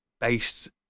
based